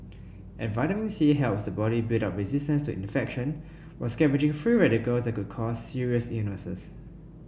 and vitamin C helps the body build up resistance to infection while scavenging free radicals that could cause serious illnesses